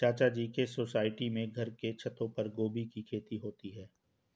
चाचा जी के सोसाइटी में घर के छतों पर ही गोभी की खेती होती है